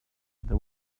there